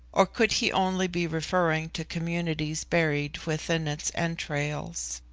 or could he only be referring to communities buried within its entrails?